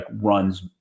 runs